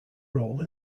role